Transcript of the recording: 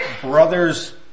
brothers